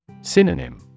Synonym